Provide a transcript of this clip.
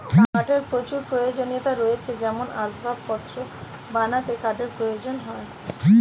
কাঠের প্রচুর প্রয়োজনীয়তা রয়েছে যেমন আসবাবপত্র বানাতে কাঠ প্রয়োজন হয়